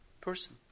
person